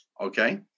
Okay